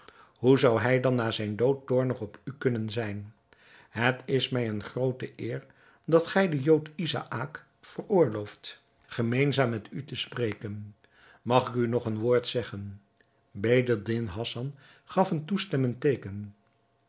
hoe zou hij dan na zijn dood toornig op u kunnen zijn het is mij een groote eer dat gij den jood izaäk veroorlooft gemeenzaam met u te spreken mag ik u nog een woord zeggen bedreddin hassan gaf een toestemmend teeken